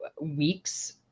weeks